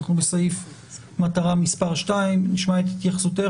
אנחנו בסעיף מטרה מס' 2. נשמע את התייחסותך,